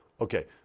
okay